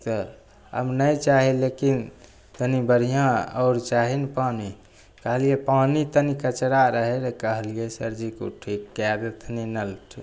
तऽ आब नहि चाही लेकिन तनि बढ़िआँ आओर चाही ने पानी कहलिए पानी तनि कचरा रहै रऽ कहलिए सरजीके ओ ठीक कै देथिन नल